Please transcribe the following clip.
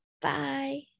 Bye